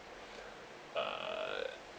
ah